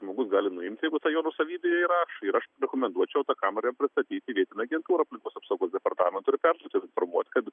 žmogus gali nuimt jeigu tai jo nuosavybėj yra ir aš rekomenduočiau tą kamerą jam pristatyt į vietinę agentūrą aplinkos apsaugos departamentui ir perduoti informuot kad